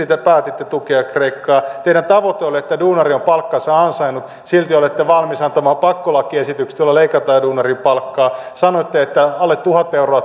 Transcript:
te päätitte tukea kreikkaa teidän tavoitteenne oli että duunari on palkkansa ansainnut silti olette valmis antamaan pakkolakiesitykset joilla leikataan duunarin palkkaa sanoitte että alle tuhat